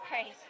Okay